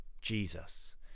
Jesus